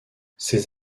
ces